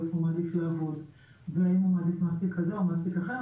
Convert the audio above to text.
איפה הוא מעדיף לעבוד והאם הוא מעדיף מעסיק כזה או מעסיק אחר.